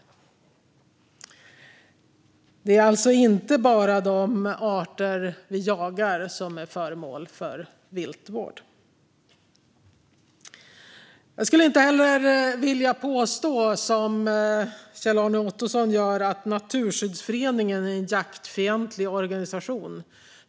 Det är alltså inte bara de arter vi jagar som är föremål för viltvård. Jag skulle inte heller vilja påstå, som Kjell-Arne Ottosson gör, att Naturskyddsföreningen är en jaktfientlig organisation.